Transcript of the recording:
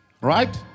Right